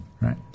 Right